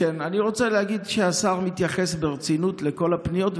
אני רוצה להגיד שהשר מתייחס ברצינות לכל הפניות,